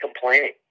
complaining